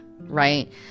right